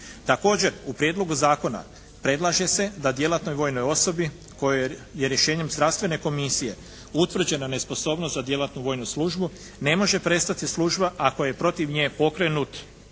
Također u prijedlogu zakona predlaže se da djelatnoj vojnoj osobi kojoj je rješenjem zdravstvene komisije utvrđena nesposobnost za djelatnu vojnu službu ne može prestati služba ako je protiv nje pokrenut